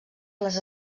les